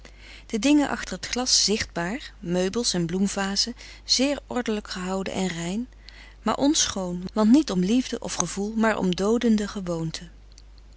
de dingen achter t glas zichtbaar meubels en bloemvazen zeer ordelijk gehouden en rein maar onschoon want niet om liefde of gevoel maar om doodende gewoonte